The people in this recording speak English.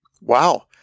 Wow